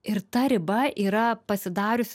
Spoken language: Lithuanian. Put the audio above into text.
ir ta riba yra pasidariusi